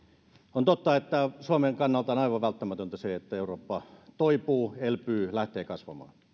on totta että suomen kannalta on aivan välttämätöntä se että eurooppa toipuu elpyy lähtee kasvamaan